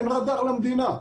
אין רדאר למדינה.